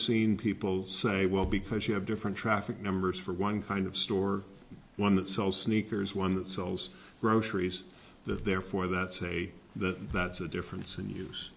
seen people say well because you have different traffic numbers for one kind of store one that sells sneakers one that sells groceries that therefore that say that that's a difference and use